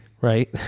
right